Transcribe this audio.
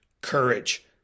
courage